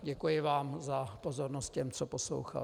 Děkuji vám za pozornost těm, co poslouchali.